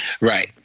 Right